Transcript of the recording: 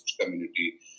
community